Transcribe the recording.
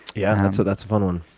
yeah, and so that's a fun one.